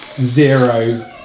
zero